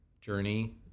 journey